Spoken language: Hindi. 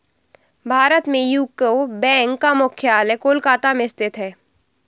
भारत में यूको बैंक का मुख्यालय कोलकाता में स्थित है